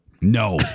No